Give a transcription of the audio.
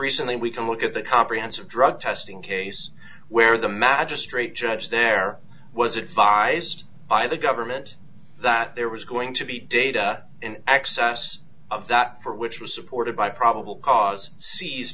recently we can look at the comprehensive drug testing case where the magistrate judge there was advised by the government that there was going to be data in excess of that for which was supported by probable cause